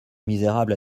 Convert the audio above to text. misérable